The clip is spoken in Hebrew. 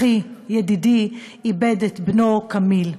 אחי, ידידי, איבד את בנו כמיל.